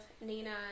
Nina